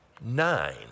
nine